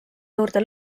juurde